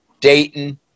Dayton